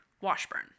Washburn